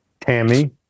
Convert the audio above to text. Tammy